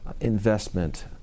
investment